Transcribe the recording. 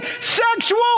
sexual